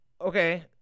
Okay